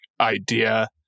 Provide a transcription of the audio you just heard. idea